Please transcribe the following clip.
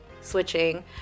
switching